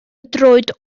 droed